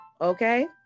okay